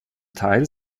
teil